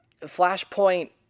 Flashpoint